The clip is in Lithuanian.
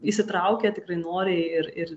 įsitraukia tikrai noriai ir ir